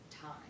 time